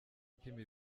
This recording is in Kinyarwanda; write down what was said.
ipima